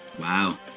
Wow